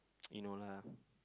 you know lah